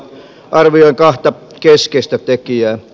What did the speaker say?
arvioin kahta keskeistä tekijää